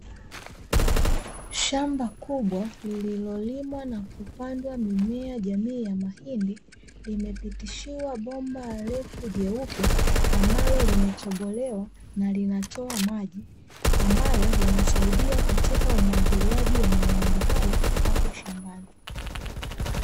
Shamba kubwa lililolimwa na kupandwa mimea jamii ya mahindi, limepitishiwa bomba refu jeupe, ambalo limetobolewa na linatoa maji, ambayo yanasaidia katika umwagiliaji wa mahindi hayo hapo shambani.